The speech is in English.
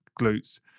glutes